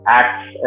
acts